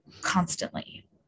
constantly